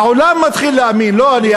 העולם מתחיל להאמין, לא אני.